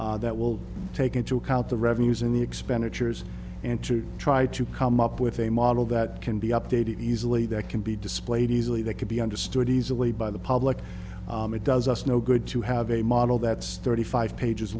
that will take into account the revenues in the expenditures and to try to come up with a model that can be updated easily that can be displayed easily that could be understood easily by the public it does us no good to have a model that's thirty five pages